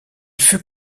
fut